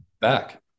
back